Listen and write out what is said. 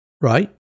right